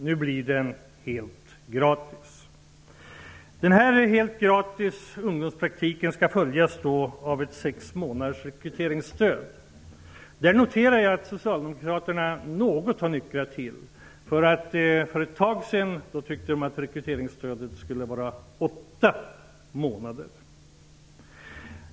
Nu blir den helt gratis. Denna ungdomspraktik som är gratis skall följas av ett sex månaders rekryteringsstöd. Där noterar jag att Socialdemokraterna har nyktrat till något. För ett tag sedan tyckte de att rekryteringsstödet skulle finnas i åtta månader.